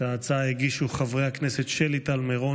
את ההצעה הגישו חברי הכנסת שלי טל מירון,